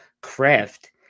craft